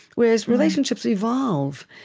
whereas relationships evolve,